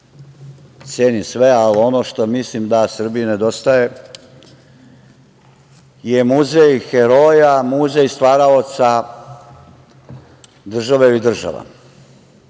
cenim sve, ali ono što mislim da Srbiji nedostaje je muzej heroja, muzej stvaraoca države ili država.